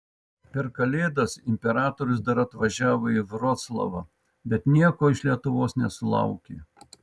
per kalėdas imperatorius dar atvažiavo į vroclavą bet nieko iš lietuvos nesulaukė